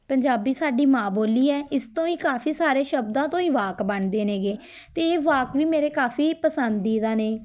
ਪੰਜਾਬੀ ਸਾਡੀ ਮਾਂ ਬੋਲੀ ਹੈ ਇਸ ਤੋਂ ਹੀ ਕਾਫ਼ੀ ਸਾਰੇ ਸ਼ਬਦਾਂ ਤੋਂ ਹੀ ਵਾਕ ਬਣਦੇ ਨੇ ਗੇ ਅਤੇ ਇਹ ਵਾਕ ਵੀ ਮੇਰੇ ਕਾਫ਼ੀ ਪਸੰਦੀਦਾ ਨੇ